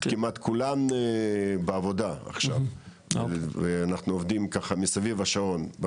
כמעט כולם בעבודה עכשיו ואנחנו עובדים ככה מסביב לשעון,